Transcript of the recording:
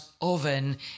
oven